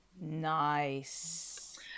Nice